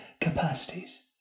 capacities